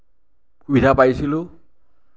সুবিধা পাইছিলোঁ